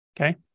Okay